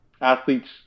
athletes